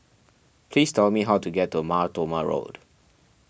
please tell me how to get to Mar Thoma Road